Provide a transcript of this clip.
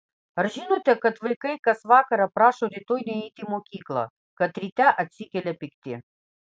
ar žinote kad vaikai kas vakarą prašo rytoj neiti į mokyklą kad ryte atsikelia pikti